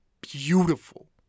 beautiful